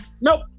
Nope